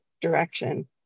direction